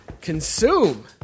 Consume